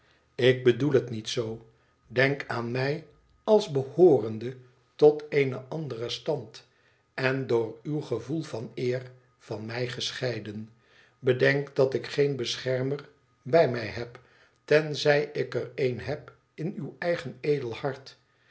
ik bedoel het niet zoo denk aan mij als behoorende tot een anderen standen door uw gevoel van eer van mij gescheiden bedenk dat ik geen beschermer bij mij heb tenzij ik er een heb in uw eigen edel hart